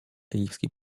egipski